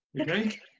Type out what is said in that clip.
okay